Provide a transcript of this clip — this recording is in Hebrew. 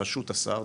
ברשות השר,